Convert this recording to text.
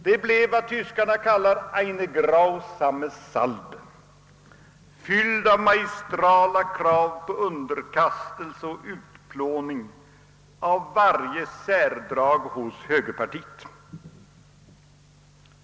Det blev vad tyskarna kallar »eine grausame Salbe», fylld av magistrala krav på underkastelse och utplåning av varje särdrag hos högerpartiet.